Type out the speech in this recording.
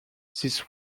this